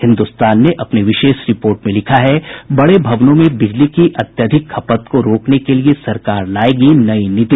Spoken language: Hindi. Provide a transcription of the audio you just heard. हिन्दुस्तान ने अपनी विशेष रिपोर्ट में लिखा है बड़े भवनों में बिजली की अत्यधिक खपत को रोकने के लिए सरकार लायेगी नई नीति